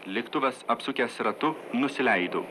lėktuvas apsukęs ratu nusileido